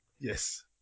Yes